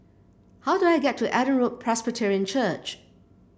how do I get to Adam Road Presbyterian Church